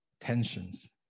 tensions